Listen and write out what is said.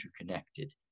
interconnected